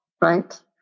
right